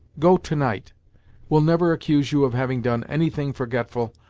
go, to-night we'll never accuse you of having done any thing forgetful,